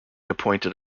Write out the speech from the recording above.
appointed